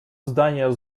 создание